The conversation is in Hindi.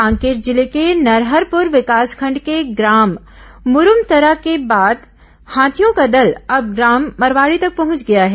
कांकेर जिले के नरहरपुर विकासखंड के ग्राम मुरूमतरा के बाद हाथियों का दल अब ग्राम मरवाड़ी तक पहुंच गया है